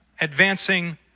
advancing